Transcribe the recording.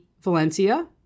Valencia